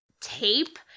tape